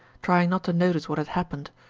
trying not to notice what had happened.